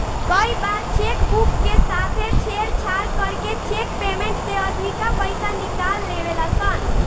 कई बार cheque book के साथे छेड़छाड़ करके चेक पेमेंट से अधिका पईसा निकाल लेवे ला सन